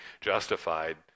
justified